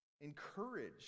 encouraged